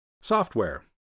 Software